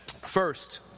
First